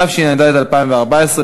התשע"ד 2014,